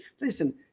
listen